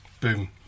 boom